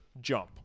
jump